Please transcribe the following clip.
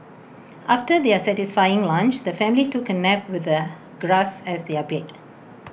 after their satisfying lunch the family took A nap with the grass as their bed